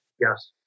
Yes